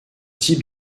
types